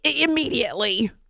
immediately